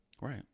Right